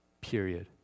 Period